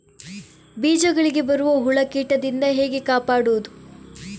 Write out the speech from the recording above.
ಬೀಜಗಳಿಗೆ ಬರುವ ಹುಳ, ಕೀಟದಿಂದ ಹೇಗೆ ಕಾಪಾಡುವುದು?